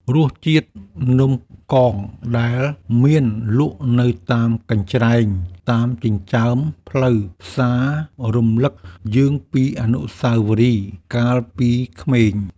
រសជាតិនំកងដែលមានលក់នៅតាមកញ្ច្រែងតាមចិញ្ចើមផ្លូវផ្សាររំលឹកយើងពីអនុស្សាវរីយ៍កាលពីក្មេង។